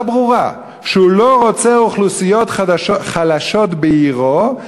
ברורה שהוא לא רוצה אוכלוסיות חלשות בעירו,